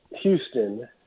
Houston